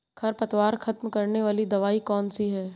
खरपतवार खत्म करने वाली दवाई कौन सी है?